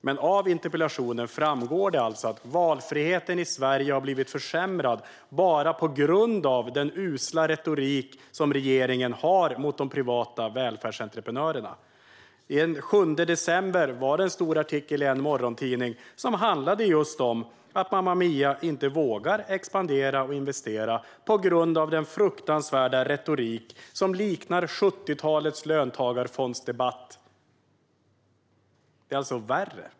Men av interpellationen framgår det alltså att valfriheten i Sverige har blivit försämrad bara på grund av den usla retorik som regeringen har mot de privata välfärdsentreprenörerna. Den 7 december var det en stor artikel i en morgontidning som handlade just om att Mama Mia inte vågar expandera och investera på grund av den fruktansvärda retorik som liknar 1970-talets löntagarfondsdebatt. Det är alltså värre.